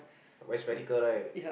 wear spectacle right